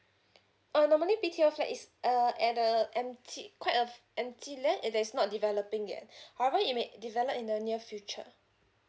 uh normally B_T_O flat is uh at a empty quite a empty lot uh that is not developing yet however it may develop in the near future